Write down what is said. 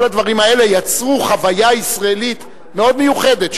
כל הדברים האלה יצרו חוויה ישראלית מאוד מיוחדת,